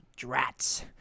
Drats